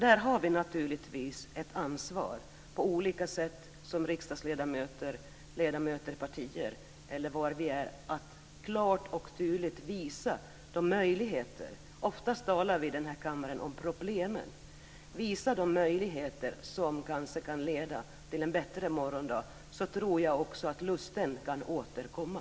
Där har vi som riksdagsledamöter och som ledamöter i partier, eller var vi nu finns, naturligtvis ett ansvar när det gäller att klart och tydligt visa på möjligheterna - oftast talar vi i denna kammare om problemen. Kanske kan de möjligheterna leda till en bättre morgondag. Därmed kan nog också lusten återkomma.